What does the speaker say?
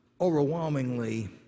overwhelmingly